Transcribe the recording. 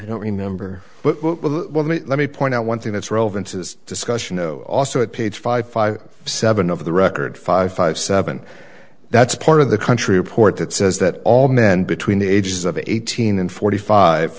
i don't remember what mean let me point out one thing that's relevant to this discussion oh also at page five five seven of the record five five seven that's part of the country report that says that all men between the ages of eighteen and forty five